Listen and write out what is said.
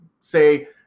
say